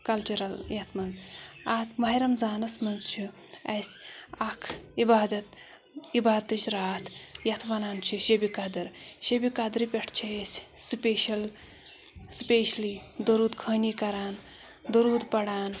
cultural یَتھ منٛز اَتھ ماہِ رمضانَس منٛز چھِ اَسہِ اَکھ عِبادَت عبادتٕچ راتھ یَتھ وَنان چھِ شبِ قدٕر شبِ قدرِ پٮ۪ٹھ چھِ أسۍ سٕپیشَل سٕپیشلی دروٗد خٲنی کَران دروٗد پَران